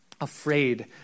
afraid